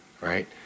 Right